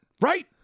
Right